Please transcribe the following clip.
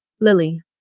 Lily